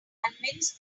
convince